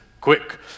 Quick